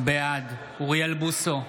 בעד אוריאל בוסו,